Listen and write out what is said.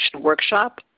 Workshop